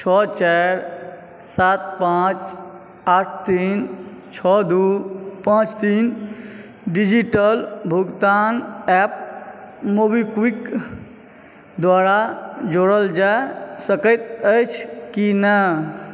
छओ चारि सात पाँच आठ तीन छओ दू पाँच तीन डिजिटल भुगतान ऐप मोबिक्विक द्वारा जोड़ल जा सकै अछि की नहि